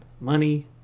money